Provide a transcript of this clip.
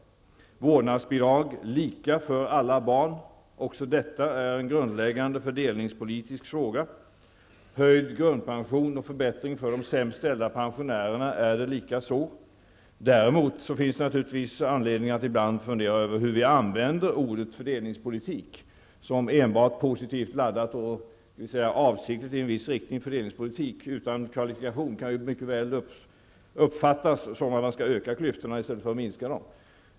Också vårdnadsbidraget, lika för alla barn, är en grundläggande fördelningspolitisk fråga, liksom höjd grundpension och förbättringar för de sämst ställda pensionärerna. Däremot finns det naturligtvis anledning att ibland fundera över hur vi använder ordet fördelningspolitik, dvs. om det är avsiktligt i en viss riktning, om det enbart är positivt laddat. Utan kvalifikation kan ordet mycket väl uppfattas som att klyftorna skall ökas i stället för att minskas.